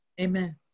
Amen